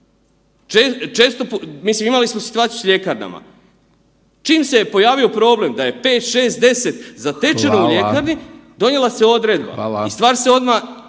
Mislim imali smo situaciju s ljekarnama, čim se je pojavio problem da je 5,6,10 zatečenih u ljekarni donijela se odredba i stvar se odmah